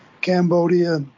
Cambodia